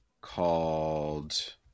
called